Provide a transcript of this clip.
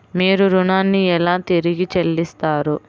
మీరు ఋణాన్ని ఎలా తిరిగి చెల్లిస్తారు?